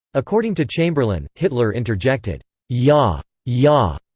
according to chamberlain, hitler interjected ja! ja!